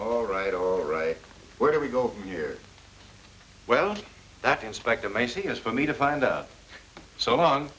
all right all right where do we go from here well that inspector macy has for me to find out so long